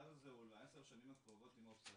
המכרז הזה הוא לעשר שנים הקרובות עם אופציה,